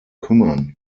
kümmern